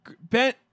Ben